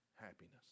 happiness